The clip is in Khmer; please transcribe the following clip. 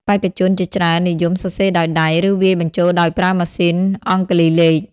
បេក្ខជនជាច្រើននិយមសរសេរដោយដៃ ឬវាយបញ្ចូលដោយប្រើម៉ាស៊ីនអង្គុលីលេខ។